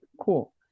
cool